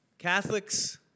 Catholics